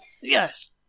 yes